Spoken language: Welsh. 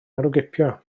herwgipio